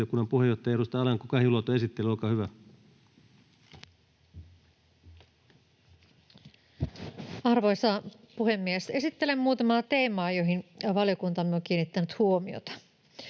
Valiokunnan puheenjohtaja, edustaja Alanko-Kahiluoto, esittely, olkaa hyvä. Arvoisa puhemies! Esittelen muutamaa teemaa, joihin valiokuntamme on kiinnittänyt huomiota.